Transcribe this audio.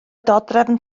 dodrefn